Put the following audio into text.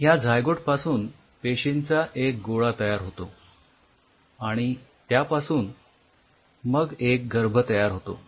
ह्या झायगोट पासून पेशींचा एक गोळा तयार होतो आणि त्यापासून मग एक गर्भ तयार होतो